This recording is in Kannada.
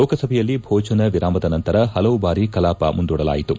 ಲೋಕಸಭೆಯಲ್ಲಿ ಭೋಜನ ವಿರಾಮದ ನಂತರ ಹಲವು ಬಾರಿ ಕಲಾಪ ಮುಂದೂಡಲಾಯಿತು